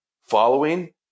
following